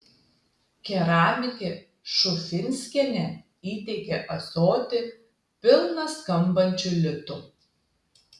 keramikė šufinskienė įteikė ąsotį pilną skambančių litų